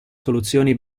soluzioni